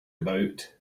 about